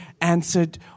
answered